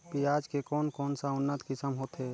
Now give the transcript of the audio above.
पियाज के कोन कोन सा उन्नत किसम होथे?